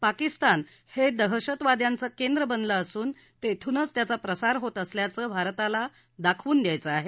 पाकिस्तान हे दहशतवाद्यांचं केंद्र बनलं असून तेथूनच त्याचा प्रसार होत असल्याचं भारताला दाखवून द्यायचं आहे